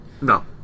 No